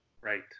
Right